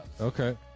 okay